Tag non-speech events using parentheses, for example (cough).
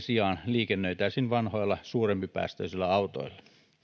(unintelligible) sijaan liikennöitäisiin vanhoilla suurempipäästöisillä autoilla